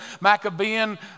Maccabean